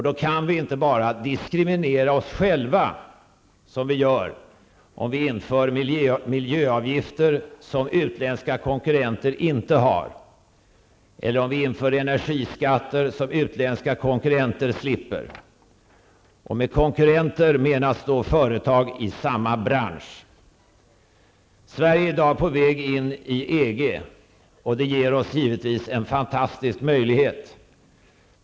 Då kan vi inte bara diskriminera oss själva, som vi gör om vi inför miljöavgifter som utländska konkurrenter inte har, eller om vi inför en energiskatter som utländska konkurrenter slipper. Med konkurrenter menas då företag i samma bransch. Sverige är i dag på väg in i EG, och det ger oss givetvis en fantastisk möjlighet.